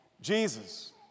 Jesus